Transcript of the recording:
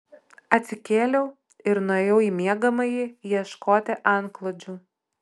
atsikėliau ir nuėjau į miegamąjį ieškoti antklodžių